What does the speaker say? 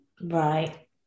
Right